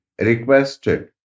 requested